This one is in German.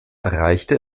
reichte